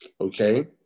Okay